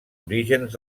orígens